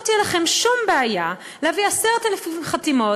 לא תהיה לכם שום בעיה להביא 10,000 חתימות